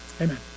Amen